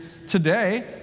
Today